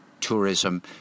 tourism